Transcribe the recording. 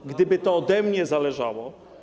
że gdyby to ode mnie zależało.